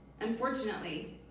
Unfortunately